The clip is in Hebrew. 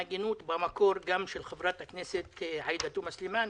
במקור זה היה גם של חברת הכנסת עאידה תומא סלימאן,